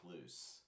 loose